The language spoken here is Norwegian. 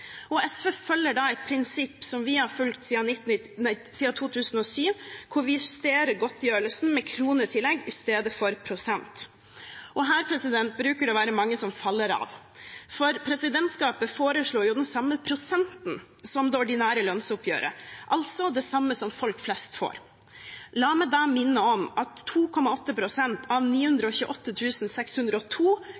saken. SV følger da et prinsipp som vi har fulgt siden 2007, hvor vi justerer godtgjørelsen med et kronetillegg i stedet for et prosenttillegg. Her bruker det å være mange som faller av, for presidentskapet foreslår jo den samme prosenten som i det ordinære lønnsoppgjøret, altså det samme som folk flest får. La meg da minne om at 2,8 pst. av